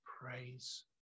praise